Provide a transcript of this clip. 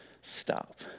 stop